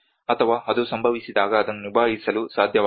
ಅಥವಾ ಅದು ಸಂಭವಿಸಿದಾಗ ಅದನ್ನು ನಿಭಾಯಿಸಲು ಸಾಧ್ಯವಾಗುತ್ತದೆ